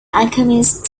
alchemist